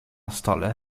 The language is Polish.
stole